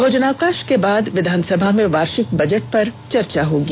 भोजनावकाश के बाद विधानसभा में वार्षिक बजट पर चर्चा होगी